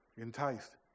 Enticed